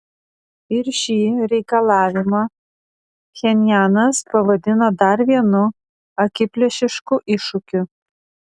ir šį reikalavimą pchenjanas pavadino dar vienu akiplėšišku iššūkiu